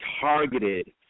targeted